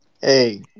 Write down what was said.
Hey